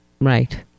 Right